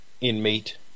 inmate